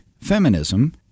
feminism